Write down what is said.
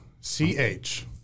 C-H